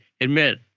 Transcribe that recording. admit